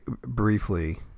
briefly